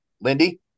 Lindy